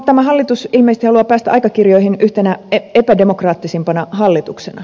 tämä hallitus ilmeisesti haluaa päästä aikakirjoihin yhtenä epädemokraattisimpana hallituksena